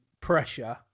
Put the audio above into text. pressure